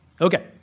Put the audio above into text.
Okay